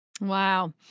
Wow